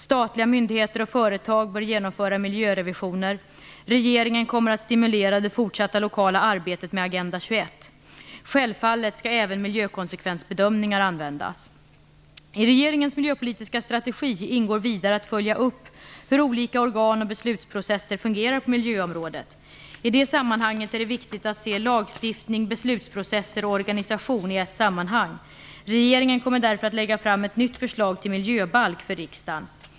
Statliga myndigheter och företag bör genomföra miljörevisioner. Regeringen kommer att stimulera det fortsatta lokala arbetet med Agenda 21. Självfallet skall även miljökonsekvensbedömningar användas. I regeringens miljöpolitiska strategi ingår vidare att följa upp hur olika organ och beslutsprocesser fungerar på miljöområdet. I det sammanhanget är det viktigt att se lagstiftning, beslutsprocesser och organisation i ett sammanhang. Regeringen kommer därför att lägga fram ett nytt förslag till miljöbalk för riksdagen.